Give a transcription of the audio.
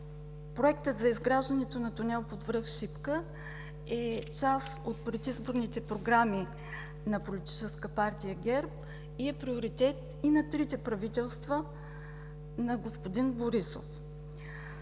проектът за изграждането на тунел под връх Шипка е част от предизборните програми на Политическа партия ГЕРБ и е приоритет на трите правителства на господин Борисов.